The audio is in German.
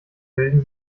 bilden